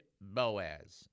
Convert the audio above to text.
Boaz